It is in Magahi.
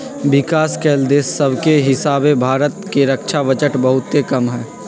विकास कएल देश सभके हीसाबे भारत के रक्षा बजट बहुते कम हइ